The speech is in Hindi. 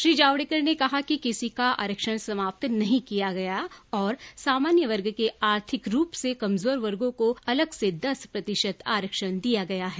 श्री जावड़ेकर ने कहा कि किसी का आरक्षण समाप्त नहीं किया गया और सामान्य वर्ग के आर्थिक रूप से कमजोर वर्गों को अलग से दस प्रतिशत आरक्षण दिया गया है